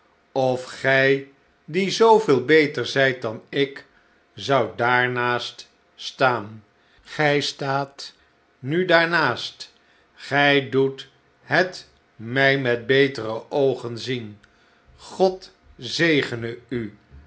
of gij die zooveel beter zijt dan ik zoudt daarnaast staan gij staat nu daarnaast gij doet het mij met betere oogen zien god zegene u